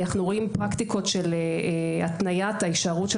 אנחנו רואים פרקטיקות של התניית ההישארות של